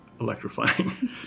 electrifying